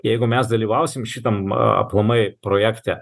jeigu mes dalyvausim šitam aplamai projekte